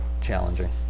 challenging